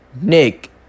Nick